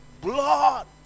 blood